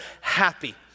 happy